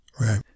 Right